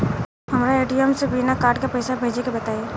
हमरा ए.टी.एम से बिना कार्ड के पईसा भेजे के बताई?